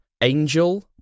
Angel